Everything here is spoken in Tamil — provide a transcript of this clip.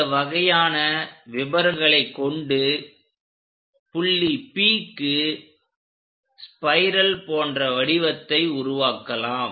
இந்த வகையான விபரங்களை கொண்டு புள்ளி Pக்கு ஸ்பைரல் போன்ற வடிவத்தை உருவாக்கலாம்